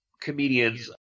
comedians